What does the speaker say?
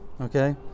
okay